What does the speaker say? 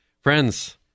Friends